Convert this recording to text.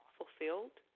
fulfilled